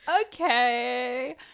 okay